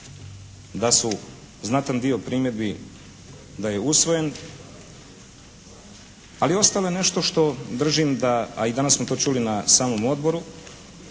da su znatan dio primjedbi, da je usvojen ali ostalo je nešto što držim a i danas smo to čuli na samom odboru,